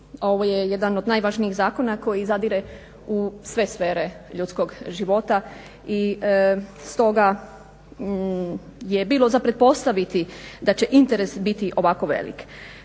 Ovo je jedan od najvažnijih zakona koji zadire u sve sfere ljudskog života i stoga je bilo za pretpostaviti da će interes biti ovako velik.